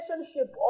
relationship